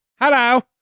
Hello